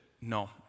No